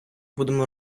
будемо